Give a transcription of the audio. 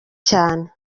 cyane